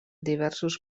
diversos